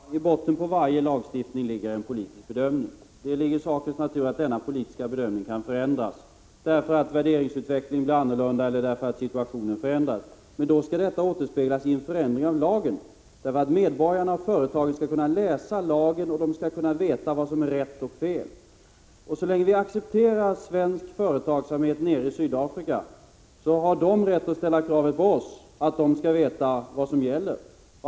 Fru talman! I botten på varje lagstiftning ligger en politisk bedömning. Det ligger i sakens natur att denna politiska bedömning kan förändras. Värderingsgrunder kan bli annorlunda och situationen kan förändras. Men detta skall då återspeglas i en förändring av lagen. Medborgarna och företagen skall kunna läsa i lagen för att få reda på vad som är rätt och fel. Så länge vi accepterar svensk företagsamhet nere i Sydafrika, har man där rätt att ställa kravet på oss att få veta vad som gäller.